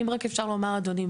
אם רק אפשר לומר אדוני,